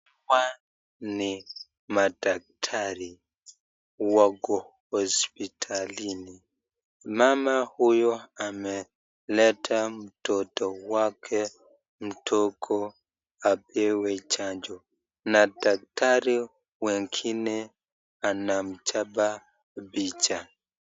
Hawa ni madaktari wako hospitalini, mama huyu amemleta mtoto wake mndogo apewe chanjo, na daktari wengine anamchapa picha.